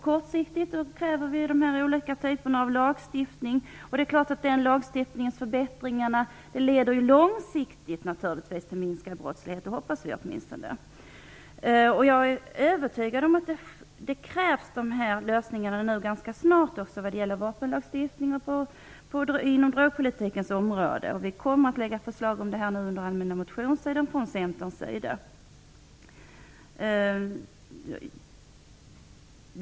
Kortsiktigt kräver vi olika typer av lagstiftning. De lagstiftningsförbättringarna leder naturligtvis långsiktigt till minskad brottslighet - det hoppas jag åtminstone. Jag är övertygad om att det krävs att lösningarna vad gäller vapenlagstiftning och drogpolitikens område kommer ganska snart. Vi kommer att lägga fram förslag under allmänna motionstiden från Centerns sida.